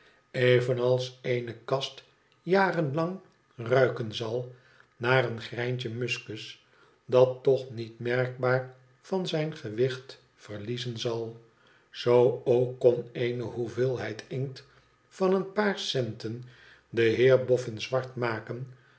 evenals eene kast jaren lang rui ken zal naar een greintje muskus dat toch niet merkbaar van zijn gewicht verliezen zid zoo ook kon eene hoeveelheid inkt van een paar centen den heer bofa zwart maken